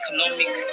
economic